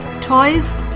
toys